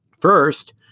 first